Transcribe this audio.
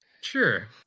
Sure